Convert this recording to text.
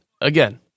again